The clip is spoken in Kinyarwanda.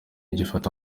gifata